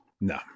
No